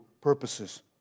purposes